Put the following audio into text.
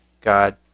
God